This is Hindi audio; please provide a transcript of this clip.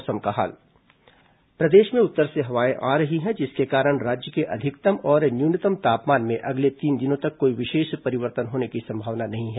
मौसम प्रदेश में उत्तर से हवाएं आ रही हैं जिसके कारण राज्य के अधिकतम और न्यूनतम तापमान में अगले तीन दिनों तक कोई विशेष परिवर्तन होने की संभावना नहीं है